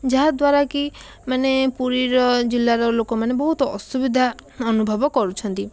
ଯାହାଦ୍ୱାରା କି ମାନେ ପୁରୀର ଜିଲ୍ଲାର ଲୋକମାନେ ବହୁତ ଅସୁବିଧା ଅନୁଭବ କରୁଛନ୍ତି